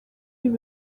ibi